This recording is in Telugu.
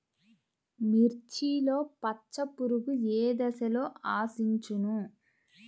మిర్చిలో పచ్చ పురుగు ఏ దశలో ఆశించును?